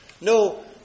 no